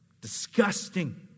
disgusting